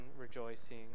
rejoicing